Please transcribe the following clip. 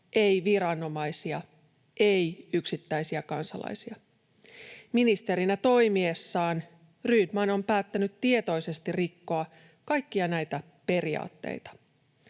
ei viranomaisia, ei yksittäisiä kansalaisia. Ministerinä toimiessaan Rydman on päättänyt tietoisesti rikkoa kaikkia näitä periaatteita.